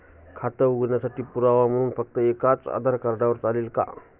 खाते उघडण्यासाठी पुरावा म्हणून फक्त एकच आधार कार्ड चालेल का?